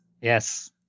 Yes